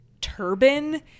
turban